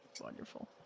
wonderful